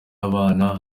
ababana